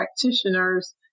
practitioners